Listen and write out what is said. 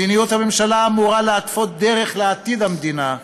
מדיניות הממשלה אמורה להתוות דרך לעתיד המדינה.